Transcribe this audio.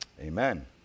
Amen